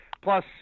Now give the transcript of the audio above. plus